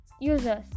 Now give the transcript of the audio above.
users